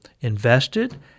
invested